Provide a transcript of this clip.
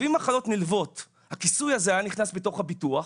אם הכיסוי על מחלות נלוות היה נכנס בתוך הביטוח,